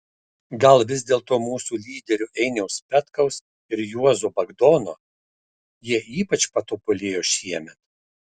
gal vis dėlto mūsų lyderių einiaus petkaus ir juozo bagdono jie ypač patobulėjo šiemet